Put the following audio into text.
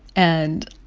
and